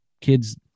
kids